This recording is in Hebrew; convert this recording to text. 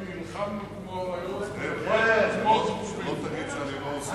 ומחיקת רישומים בעניין תוכנית ההתנתקות,